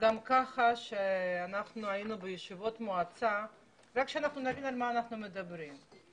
רק שנבין על מה אנחנו מדברים.